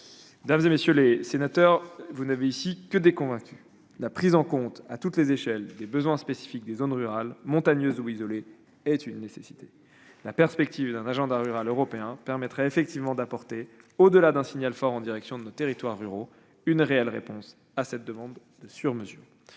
Mesdames, messieurs les sénateurs, il n'y a ici que des convaincus. La prise en compte, à toutes les échelles, des besoins spécifiques des zones rurales montagneuses ou isolées est une nécessité. La perspective d'un agenda rural européen permettrait effectivement d'apporter, au-delà d'un signal fort en direction de nos territoires ruraux, une réelle réponse à cette demande sur mesure.